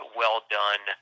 well-done